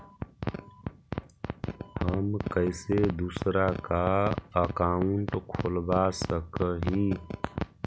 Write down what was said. हम कैसे दूसरा का अकाउंट खोलबा सकी ही?